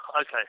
okay